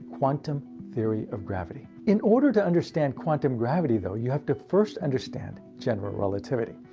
quantum theory of gravity. in order to understand quantum gravity though, you have to first understand general relativity.